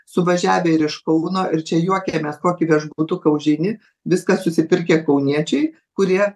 suvažiavę ir iš kauno ir čia juokiamės kokį viešbutuką užeini viską susipirkę kauniečiai kurie